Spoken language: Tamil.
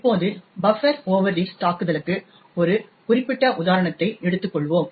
இப்போது பஃப்பர் ஓவர்ரீட்ஸ் தாக்குதலுக்கு ஒரு குறிப்பிட்ட உதாரணத்தை எடுத்துக் கொள்வோம்